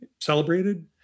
celebrated